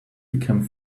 become